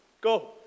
Go